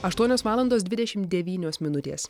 aštuonios valandos dvidešimt devynios minutės